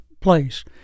place